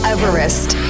Everest